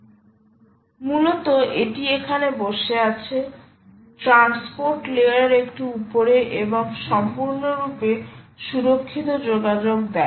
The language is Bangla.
মূলত এটি এখানে বসে আছে ট্রান্সপোর্ট লেয়ার এর একটু উপরে এবং সম্পূর্ণরূপে সুরক্ষিত যোগাযোগ দেয়